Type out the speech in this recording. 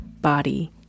body